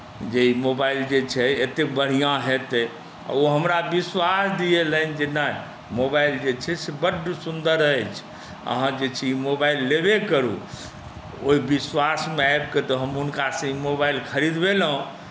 जे ई मोबाइल जे छै एतेक बढ़िआँ हेतै ओ हमरा विश्वास दिएलनि जे नहि मोबाइल जे छै से बड्ड सुन्दर अछि अहाँ जे छै ई मोबाइल लेबे करू ओहि विश्वासमे आबि कऽ तऽ हम हुनकासँ ई मोबाइल खरिदबेलहुँ